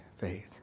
faith